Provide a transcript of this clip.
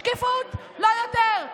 שקיפות, לא יותר.